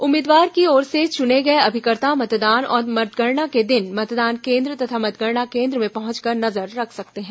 उम्मीदवार की ओर से चुने गए अभिकर्ता मतदान और मतगणना के दिन मतदान केन्द्र तथा मतगणना केन्द्र में पहुंचकर नजर रख सकते हैं